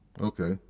Okay